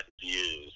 views